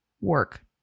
work